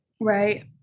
Right